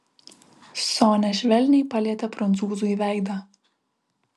sonia švelniai palietė prancūzui veidą